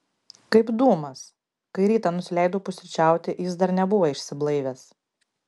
kaip dūmas kai rytą nusileidau pusryčiauti jis dar nebuvo išsiblaivęs